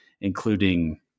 including